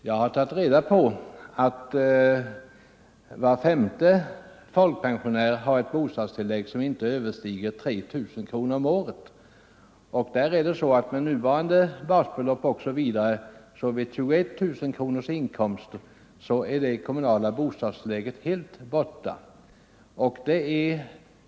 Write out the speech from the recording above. Jag har tagit reda på att var femte folkpensionär har ett bostadstillägg som inte överstiger 3 000 kronor om året. Med nuvarande basbelopp är det kommunala bostadstillägget helt borta vid 21000 kronors inkomst.